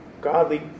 godly